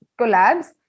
collabs